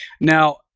Now